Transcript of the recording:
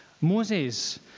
Moses